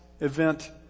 event